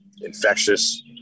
infectious